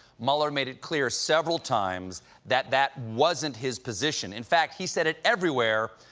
mueller made it clear several times that that wasn't his position. in fact, he said it everywhere,